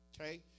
Okay